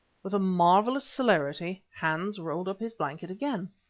with a marvellous celerity hans rolled up his blanket again.